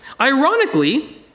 Ironically